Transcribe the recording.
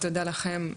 תודה לכם.